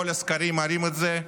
וכל הסקרים מראים את זה,